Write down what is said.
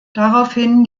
daraufhin